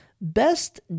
Best